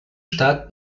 stadt